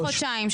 לפני חודשיים,